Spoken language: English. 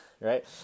right